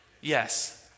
Yes